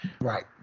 Right